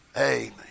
Amen